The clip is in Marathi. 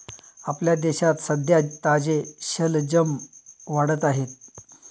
आपल्या शेतात सध्या ताजे शलजम वाढत आहेत